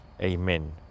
Amen